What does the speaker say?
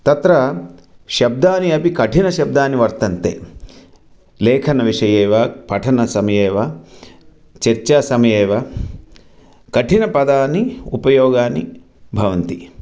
तत्र शब्दानि अपि कठिनशब्दानि वर्तन्ते लेखनविषये वा पठन समये वा चर्चा समये वा कठिनपदानि उपयोगानि भवन्ति